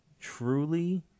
truly